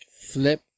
flip